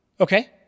Okay